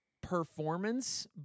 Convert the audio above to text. performance